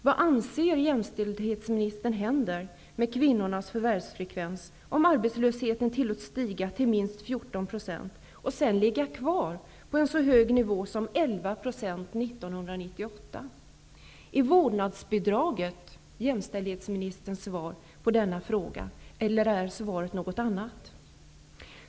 Vad anser jämställdhetsministern kommer att hända med kvinnornas förvärvsfrekvens, om arbetslösheten tillåts stiga till minst 14 % och sedan ligga kvar på en så hög nivå som 11 % år 1998? Är vårdnadsbidraget jämställdhetsministerns svar på denna fråga, eller är svaret någonting annat?